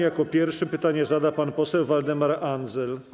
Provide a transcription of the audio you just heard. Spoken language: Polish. Jako pierwszy pytanie zada pan poseł Waldemar Andzel.